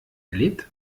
erlebt